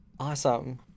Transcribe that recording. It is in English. Awesome